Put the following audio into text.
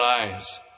eyes